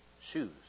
shoes